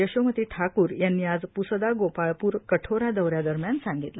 यशोमती ठाकूर यांनी आज प्सदा गोपाळपूर कठोरा दौ यादरम्यान सांगितले